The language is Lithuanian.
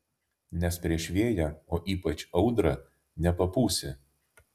nes prieš vėją o ypač audrą nepapūsi